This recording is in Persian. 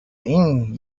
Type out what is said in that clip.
این